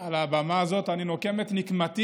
על הבמה הזאת אני נוקם את נקמתי.